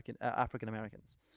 African-Americans